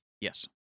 Yes